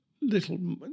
little